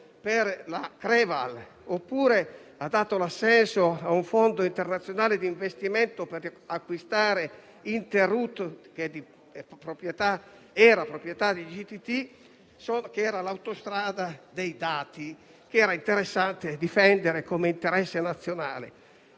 per la Creval oppure ha dato l'assenso a un fondo internazionale di investimento per acquistare Interoute, che era di proprietà di GTT (era l'autostrada dei dati ed era interessante difenderla come interesse nazionale).